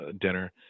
dinner